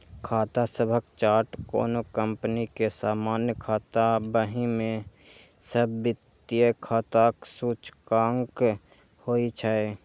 खाता सभक चार्ट कोनो कंपनी के सामान्य खाता बही मे सब वित्तीय खाताक सूचकांक होइ छै